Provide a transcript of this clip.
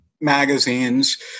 magazines